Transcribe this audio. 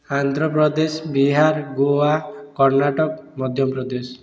Andhra Pradesh Bihar Goa Karnataka Madhya Pradesh